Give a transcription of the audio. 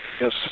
yes